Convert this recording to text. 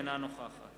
אינה נוכחת